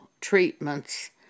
treatments